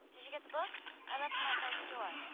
did you get the books? i left them outside your door.